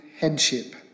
headship